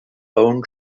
own